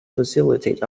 facilitate